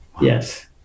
Yes